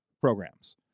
programs